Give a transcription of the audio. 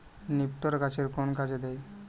নিপটর গাছের কোন কাজে দেয়?